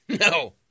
No